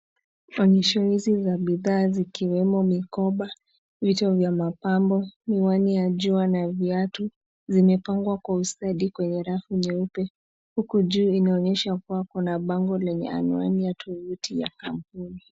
Fanyisho hizi za bidhaa zikiwemo mikoba, vitu vya mapambo, miwani ya jua na viatu zimepangwa kwa ustadi kwenye rafu nyeupe. Huku juu inaonyesha kuwa kuna bango lenye anwani ya tuvuti ya amuli.